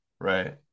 Right